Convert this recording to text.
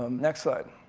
um next slide.